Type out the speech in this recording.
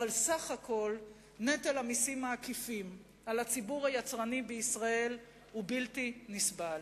אבל סך הכול נטל המסים העקיפים על הציבור היצרני בישראל הוא בלתי נסבל.